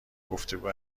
گفتگو